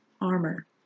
armor